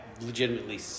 legitimately